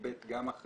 מי